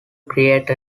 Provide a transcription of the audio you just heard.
create